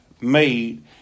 made